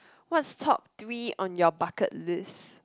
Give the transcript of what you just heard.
what's top three on your bucket list